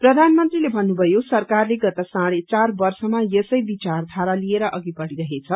प्रधानमन्त्रीले भन्नुभयो सरकारले गत साढ़े चार वर्शमा यसै विचारधारा लिएर अघि बढ़ीरहेछ